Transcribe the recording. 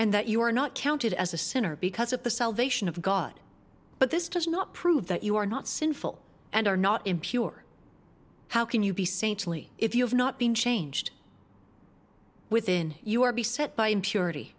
and that you are not counted as a sinner because of the salvation of god but this does not prove that you are not sinful and are not impure how can you be saintly if you have not been changed within you or be set by impurity